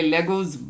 Legos